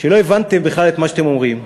שלא הבנתם בכלל את מה שאתם אומרים.